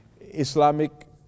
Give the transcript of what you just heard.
Islamic